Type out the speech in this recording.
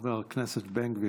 חבר הכנסת בן גביר,